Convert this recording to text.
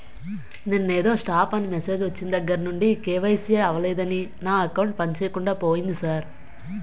నిన్నేదో స్టాప్ అని మెసేజ్ ఒచ్చిన దగ్గరనుండి కే.వై.సి అవలేదని నా అకౌంట్ పనిచేయకుండా పోయింది సార్